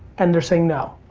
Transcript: and they're saying no?